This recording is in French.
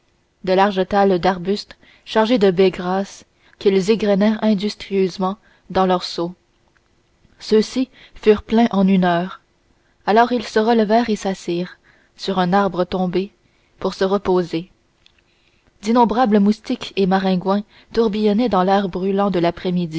de larges talles d'arbustes chargés de baies grasses qu'ils égrenèrent industrieusement dans leurs seaux ceux-ci furent pleins en une heure alors ils se relevèrent et s'assirent sur un arbre tombé pour se reposer d'innombrables moustiques et maringouins tourbillonnaient dans l'air brûlant de l'après-midi